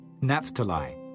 Naphtali